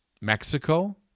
Mexico